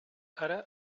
ara